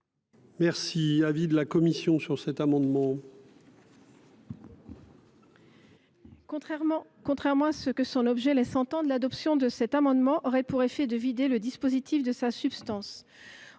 est l’avis de la commission ? Contrairement à ce que son objet laisse entendre, l’adoption de cet amendement aurait pour effet de vider le dispositif de sa substance.